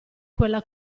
quella